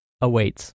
awaits